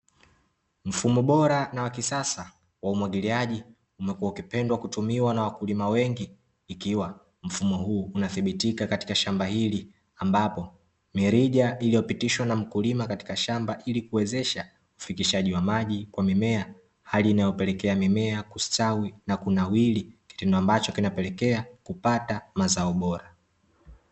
Mfumo bora na wa kisasa wa umwagiliaji umekua ukipendwa kutumiwa na wakulima wengi, ikiwa mfumo huu unathibitika katika shamba hili ambapo, mirija iliyopitishwa na mkulima katika shamba ili kuwezesha ufikishaji kwa maji kwa mimea hali inayopelekea mimea kustawi na kunawiri kitendo ambacho kinapelekea kupata mazao bora.